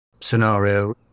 scenario